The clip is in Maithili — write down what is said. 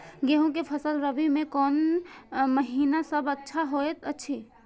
गेहूँ के फसल रबि मे कोन महिना सब अच्छा होयत अछि?